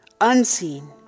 unseen